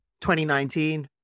2019